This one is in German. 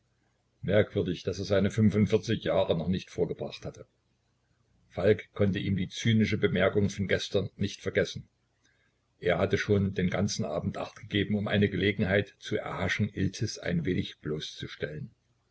merkwürdig daß er seine fünfundvierzig jahre noch nicht vorgebracht hatte falk konnte ihm die zynische bemerkung von gestern nicht vergessen er hatte schon den ganzen abend acht gegeben um eine gelegenheit zu erhaschen iltis ein wenig bloßzustellen